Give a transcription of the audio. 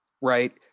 right